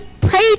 pray